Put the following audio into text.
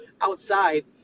outside